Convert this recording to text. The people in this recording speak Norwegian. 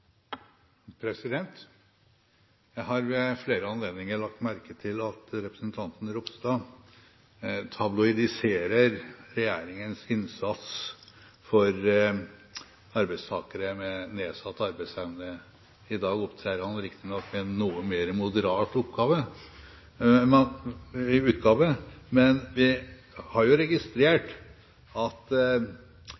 replikkordskifte. Jeg har ved flere anledninger lagt merke til at representanten Ropstad tabloidiserer regjeringens innsats for arbeidstakere med nedsatt arbeidsevne. I dag opptrer han riktignok i en noe mer moderat utgave, men vi har jo